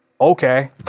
okay